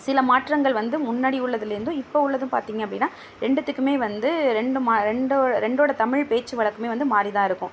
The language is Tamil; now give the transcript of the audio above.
சில மாற்றங்கள் வந்து முன்னாடி உள்ளதுலேருந்தும் இப்போ உள்ளதும் பார்த்திங்க அப்படினா ரெண்டுத்துக்குமே வந்து ரெண்டு ரெண்டோட ரெண்டோடய தமிழ் பேச்சு வழக்குமே வந்து மாறி தான் இருக்கும்